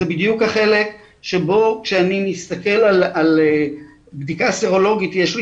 זה בדיוק החלק שבו כשאני מסתכל על בדיקה סרולוגית יש לי